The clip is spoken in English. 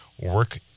work